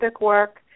work